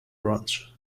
branch